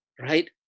right